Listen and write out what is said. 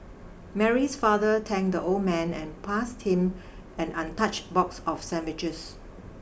Mary's father thanked the old man and passed him an untouched box of sandwiches